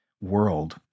world